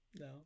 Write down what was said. No